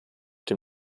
dem